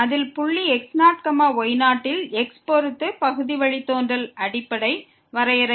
அது புள்ளியில் x0 y0 x ஐப் பொறுத்த பகுதி வழித்தோன்றலின் அடிப்படை வரையறை